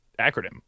acronym